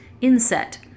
INSET